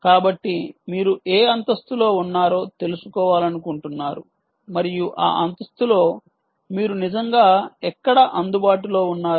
కాబట్టి మీరు ఏ అంతస్తులో ఉన్నారో తెలుసుకోవాలనుకుంటున్నారు మరియు ఆ అంతస్తులో మీరు నిజంగా ఎక్కడ అందుబాటులో ఉన్నారు